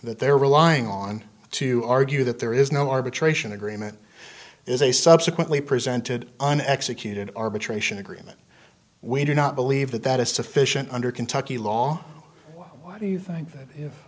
that they're relying on to argue that there is no arbitration agreement is they subsequently presented an executed arbitration agreement we do not believe that that is sufficient under kentucky law why do you think that